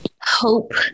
hope